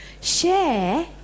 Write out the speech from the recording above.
Share